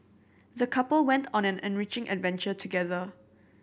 the couple went on an enriching adventure together